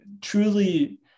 truly